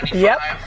yep,